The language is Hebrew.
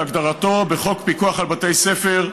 כהגדרתו בחוק פיקוח על בתי ספר,